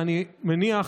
ואני מניח,